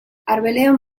arbelean